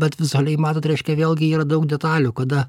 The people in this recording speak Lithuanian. bet vizualiai matot reiškia vėlgi yra daug detalių kada